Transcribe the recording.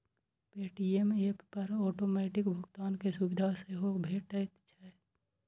Paytm app पर automatic भुगतान के सुविधा सेहो भेटैत छैक